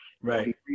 Right